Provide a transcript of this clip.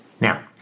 Now